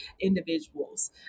individuals